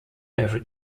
every